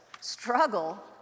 struggle